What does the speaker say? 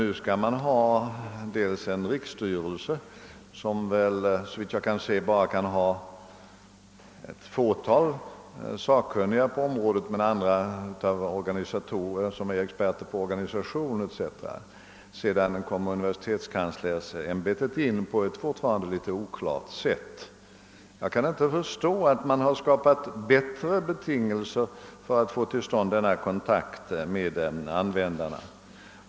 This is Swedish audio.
Nu skall det inrättas en riksstyrelse som, såvitt jag förstår, bara kan ha några sakkunniga på området utöver dem som är experter på t.ex. organisation. Dessutom kommer universitetskanslersämbetet in på ett fortfarande något oklart sätt. Jag kan inte förstå att man härigenom skapar bättre möjligheter att få kontakt med användarna.